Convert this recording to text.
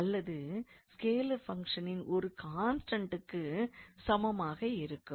அல்லது scalar function ஒரு கான்ஸ்டண்டுக்கு சமமாக இருக்கும்